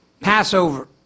Passover